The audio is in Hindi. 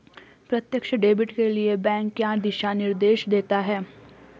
प्रत्यक्ष डेबिट के लिए बैंक क्या दिशा निर्देश देते हैं?